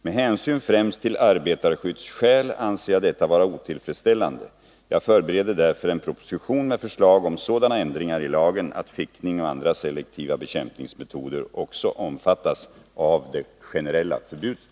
Med hänsyn främst till arbetarskyddsskäl anser jag detta vara otillfredsställande. Jag förbereder därför en proposition med förslag om sådana ändringar i lagen att fickning och andra selektiva bekämpningsmetoder också omfattas av det generella förbudet.